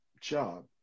job